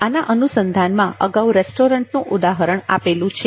આના અનુસંધાનમાં અગાઉ રેસ્ટોરન્ટનું ઉદાહરણ આપેલું છે